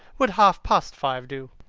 would half-past five do?